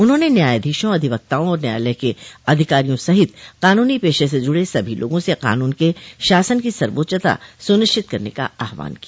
उन्होंने न्यायाधीशों अधिवक्ताओं और न्यायालय के अधिकारियों सहित कानूनी पेशे से जुड़े सभी लोगां से कानून के शासन की सर्वोच्चता सुनिश्चित करने का आह्वान किया